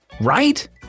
Right